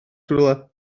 rhywle